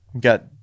got